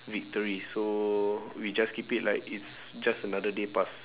victories so we just keep it like it's just another day passed